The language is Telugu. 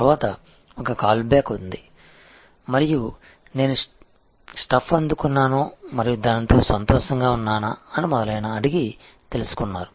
తర్వాత ఒక కాల్బ్యాక్ ఉంది మరియు నేను స్టఫ్ అందుకున్నానో మరియు దానితో సంతోషంగా ఉన్నానా అని మొదలైనవి అడిగి తెలుసుకున్నారు